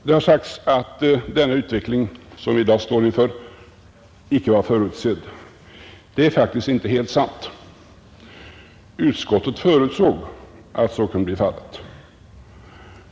Det har sagts att den utveckling som vi i dag står inför icke var förutsedd. Det är faktiskt inte helt sant; utskottet förutsåg att så kunde bli fallet.